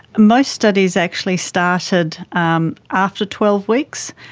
most studies actually started um after twelve weeks.